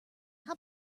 how